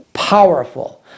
powerful